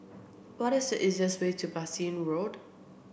what is the easiest way to Bassein Road